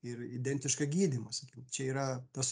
ir identišką gydymosi čia yra tas